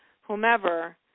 whomever